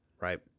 Right